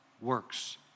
works